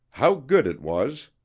how good it was.